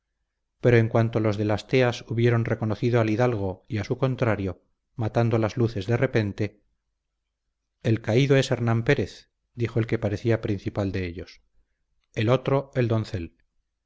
pero en cuanto los de las teas hubieron reconocido al hidalgo y a su contrario matando las luces de repente el caído es fernán pérez dijo el que parecía principal de ellos el otro el doncel